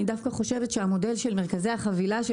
אני דווקא חושבת שהמודל של מרכזי החבילה של